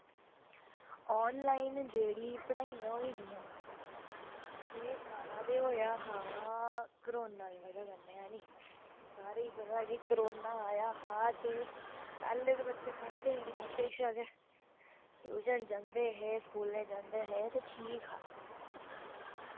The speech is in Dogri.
ऑनलाइन जेह्ड़ियां पढ़ाइयां होई दियां एह् सारा ते होआ हा कोरोना दी बजह कन्नै ऐ नी सारें गी पता कि कोरोना आया हा ते पैह्लें बच्चे पढ़दे हे कताबें च गै ट्यूशन जंदे हे ते स्कूलें जंदे हे ठीक हा